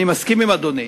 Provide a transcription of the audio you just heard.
אני מסכים עם אדוני,